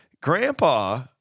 Grandpa